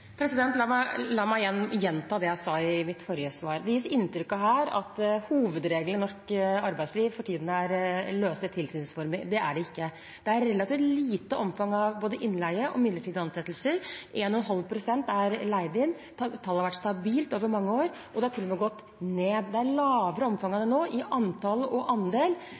La meg gjenta det jeg sa i mitt forrige svar: Det gis her inntrykk av at hovedregelen i norsk arbeidsliv for tiden er løse tilknytningsformer. Det er det ikke. Det er et relativt lite omfang av både innleie og midlertidige ansettelser. 1,5 pst. er leid inn. Det tallet har vært stabilt over mange år, og det har til og med gått ned. Det er et mindre omfang av det nå, i antall og i andel,